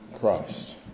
Christ